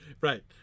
Right